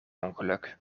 ongeluk